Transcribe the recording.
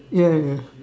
ya ya ya